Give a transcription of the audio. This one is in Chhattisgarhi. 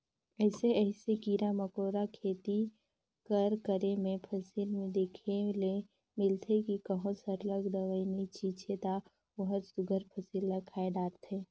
अइसे अइसे कीरा मकोरा खेती कर करे में फसिल में देखे ले मिलथे कि कहों सरलग दवई नी छींचे ता ओहर सुग्घर फसिल ल खाए धारथे